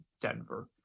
Denver